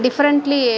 differently